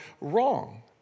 wrong